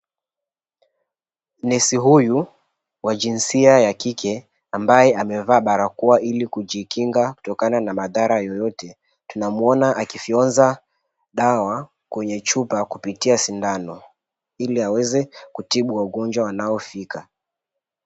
Nesi huyu wa jinsia ya kike ambaye amevaa barakoa ili kujikinga kutokana na madhara yoyote, tunamuona akifyonza dawa kwenye chupa kupitia sindano ili aweze kutibu wagonjwa wanaofika.